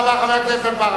תודה רבה, חבר הכנסת ברכה.